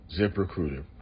ZipRecruiter